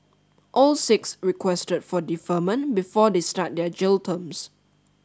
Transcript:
all six requested for deferment before they start their jail terms